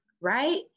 right